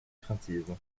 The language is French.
craintive